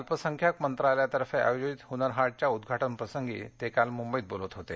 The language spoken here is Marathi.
अल्पसंख्याक मंत्रालयातर्फे आयोजित हुनर हाट च्या उद्घाटन प्रसंगी ते काल मुंबईत बोलत होते